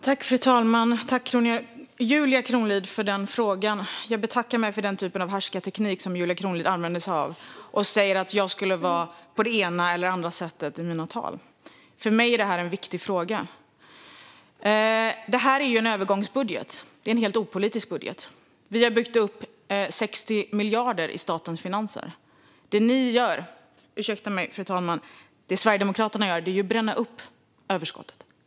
Fru talman! Tack, Julia Kronlid, för frågan! Jag betackar mig för den typ av härskarteknik som Julia Kronlid använder sig av när hon säger att jag skulle vara på det ena eller det andra sättet i mina tal. För mig är detta en viktig fråga. Detta är ju en övergångsbudget. Det är en helt opolitisk budget. Vi har byggt upp 60 miljarder i statens finanser. Det ni gör - ursäkta mig, fru talman, det Sverigedemokraterna gör - är att bränna upp överskottet.